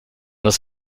das